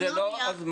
אבל זה לא הזמן.